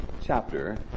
chapter